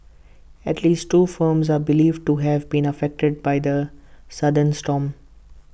at least two farms are believed to have been affected by the sudden storm